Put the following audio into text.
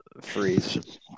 Freeze